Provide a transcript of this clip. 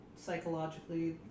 Psychologically